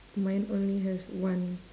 mine only has one